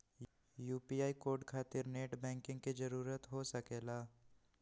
UPI code खातिर net banking की जरूरत हो सके ला?